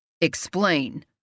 Explain